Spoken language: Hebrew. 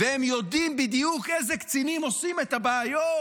והם יודעים בדיוק איזה קצינים עושים את הבעיות,